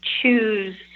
choose